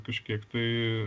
kažkiek tai